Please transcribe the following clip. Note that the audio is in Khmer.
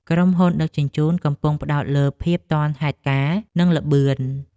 ក្រុមហ៊ុនដឹកជញ្ជូនកំពុងផ្តោតលើភាពទាន់ហេតុការណ៍និងល្បឿន។